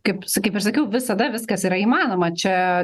kaip sa kaip ir sakiau visada viskas yra įmanoma čia